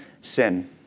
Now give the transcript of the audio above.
sin